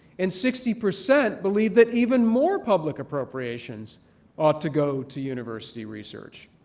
and sixty percent believe that even more public appropriations ought to go to university research.